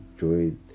enjoy